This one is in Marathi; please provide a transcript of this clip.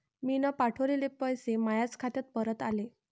मीन पावठवलेले पैसे मायाच खात्यात परत आले